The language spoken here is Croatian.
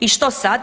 I što sad?